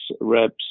reps